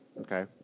Okay